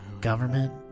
government